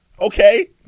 Okay